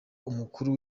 umukuru